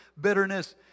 bitterness